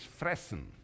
fressen